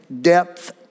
depth